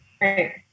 Right